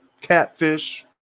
catfish